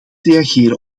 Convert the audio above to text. reageren